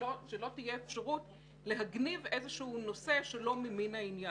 ושלא תהיה אפשרות להגניב איזשהו נושא שלא ממין העניין.